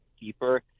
deeper